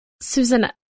Susan